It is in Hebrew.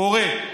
קורה.